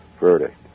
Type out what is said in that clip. verdict